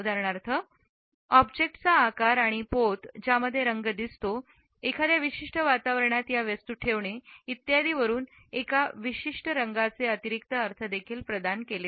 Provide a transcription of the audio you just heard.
उदाहरणार्थ ऑब्जेक्टचा आकार आणि पोत ज्यामध्ये रंग दिसतो एखाद्या विशिष्ट वातावरणात या वस्तू ठेवणे इत्यादी वरून एका विशिष्ट रंगाचे अतिरिक्त अर्थ देखील प्रदान करते